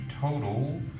total